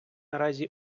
наразі